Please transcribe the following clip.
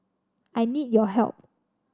I need your help